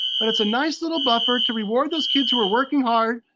but it's a nice little buffer to reward those kids who are working hard.